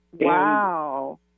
Wow